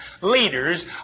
leaders